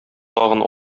тагын